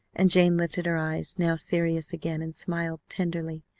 and jane lifted her eyes, now serious again, and smiled tenderly,